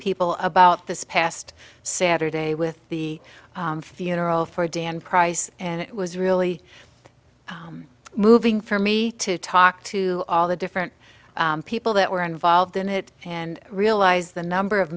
people about this past saturday with the funeral for dan price and it was really moving for me to talk to all the different people that were involved in it and realize the number of